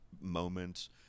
moments